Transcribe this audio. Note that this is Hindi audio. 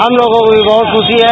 हम लोगों को भी बहत खुशी है